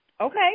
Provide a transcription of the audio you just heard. Okay